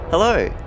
Hello